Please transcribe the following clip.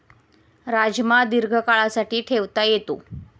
राजमा दीर्घकाळासाठी ठेवता येतो